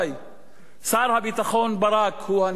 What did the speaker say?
שר הביטחון ברק הוא הנהנה השני.